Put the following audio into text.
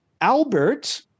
Albert